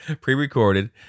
Pre-recorded